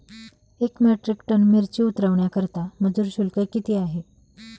एक metric ton मिरची उतरवण्याकरता मजूर शुल्क किती आहे?